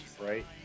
right